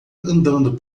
andando